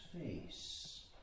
face